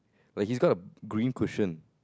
like he's got a green cushion